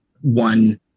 one